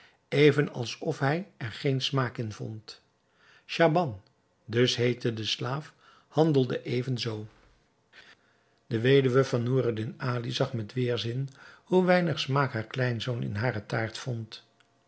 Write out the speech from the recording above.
even als of hij er geen smaak in vond schaban dus heette de slaaf handelde even zoo de weduwe van noureddin ali zag met weêrzin hoe weinig smaak haar kleinzoon in hare taart vond